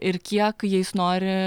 ir kiek jais nori